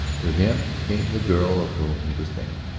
to him came the girl of whom he was thinking.